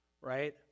right